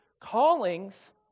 Callings